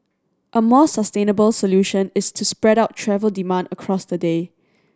a more sustainable solution is to spread out travel demand across the day